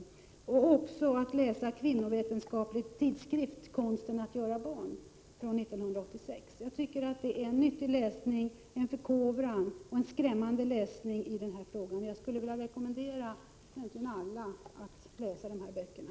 Jag vill också nämna Kvinnovetenskaplig tidskrift: Konsten att göra barn, från 1986. Det är en nyttig men skrämmande läsning som innebär en förkovran i den här frågan. Jag skulle vilja rekommendera alla att läsa de böckerna.